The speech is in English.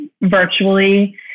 virtually